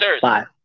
Five